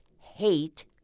hate